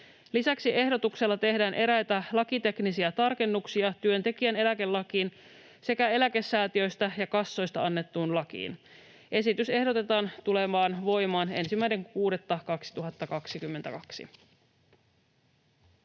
Lisäksi ehdotuksella tehdään eräitä lakiteknisiä tarkennuksia työntekijän eläkelakiin sekä eläkesäätiöistä ja kassoissa annettuun lakiin. Esitys ehdotetaan tulevan voimaan 1.6.2022.